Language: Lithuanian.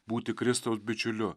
būti kristaus bičiuliu